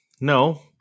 No